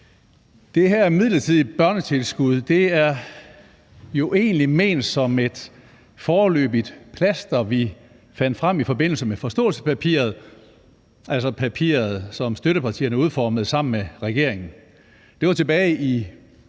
Det her midlertidige børnetilskud er jo egentlig ment som et foreløbigt plaster, som vi fandt frem i forbindelse med forståelsespapiret, altså det papir, som støttepartierne udformede sammen med regeringen. Det var tilbage i